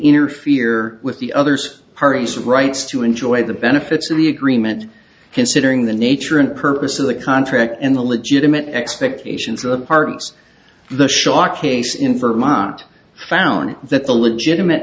interfere with the others parties rights to enjoy the benefits of the agreement considering the nature and purpose of the contract and the legitimate expectations of the part of the shocking case in vermont found that the legitimate